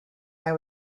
eye